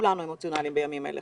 כולנו אמוציונליים בימים אלה.